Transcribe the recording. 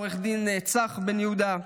עורך הדין צח בן יהודה,